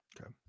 Okay